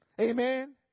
Amen